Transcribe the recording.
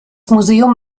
museum